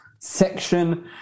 Section